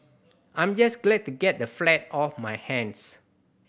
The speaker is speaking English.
I'm just glad to get the flat off my hands